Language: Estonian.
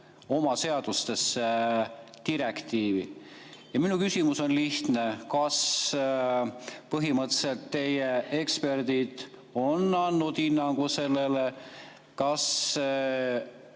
seadustesse direktiivi üle. Ja minu küsimus on lihtne. Kas põhimõtteliselt teie eksperdid on andnud hinnangu sellele, kas